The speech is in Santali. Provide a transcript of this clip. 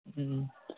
ᱦᱩᱸ